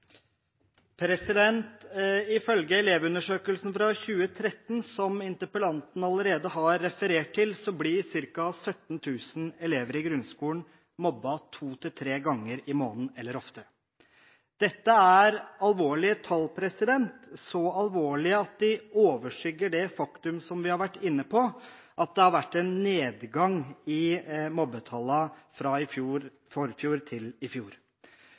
Ifølge elevundersøkelsen fra 2013, som interpellanten allerede har referert til, blir ca. 17 000 elever i grunnskolen mobbet to til tre ganger i måneden eller oftere. Dette er alvorlige tall, så alvorlige at de overskygger det faktum vi har vært inne på, at det har vært en nedgang i mobbetallene fra i forfjor til i fjor